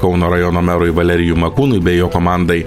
kauno rajono merui valeriju makūnui bei jo komandai